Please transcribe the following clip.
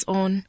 on